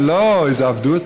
זה לא איזה עבדות.